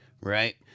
Right